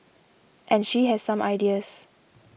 and she has some ideas